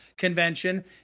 Convention